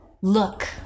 look